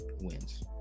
wins